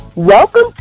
Welcome